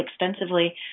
extensively